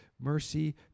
Mercy